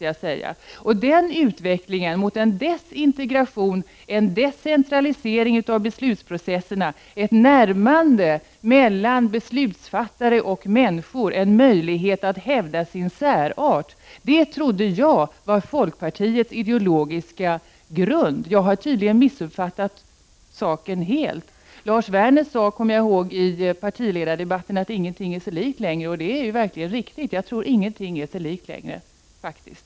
Jag trodde att utvecklingen mot desintegration, med en decentralisering av beslutsprocesserna, ett närmande mellan beslutsfattare och människor och möjligheten för människor att hävda sin särart var folkpartiets ideologiska grund. Jag har tydligen helt missuppfattat saken. Lars Werner sade i partiledardebatten att ingenting är sig likt längre, och det är verkligen riktigt.